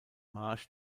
marsch